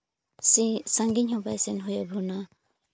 ᱥᱮ ᱥᱟᱹᱜᱤᱧ ᱦᱚᱸ ᱵᱟᱭ ᱥᱮᱱ ᱦᱩᱭ ᱟᱵᱚᱱᱟ